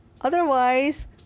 Otherwise